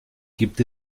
gibt